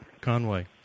Conway